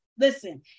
Listen